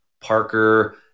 Parker